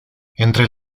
entre